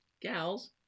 gals